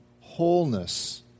wholeness